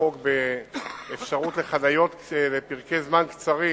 חוק של אפשרות לחנות לפרקי זמן קצרים